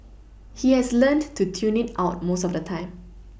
he has learnt to tune it out most of the time